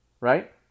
right